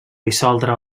dissoldre